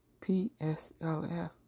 PSLF